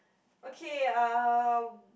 okay uh